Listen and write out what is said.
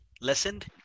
listened